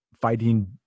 fighting